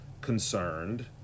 concerned